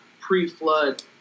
pre-flood